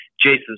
Jason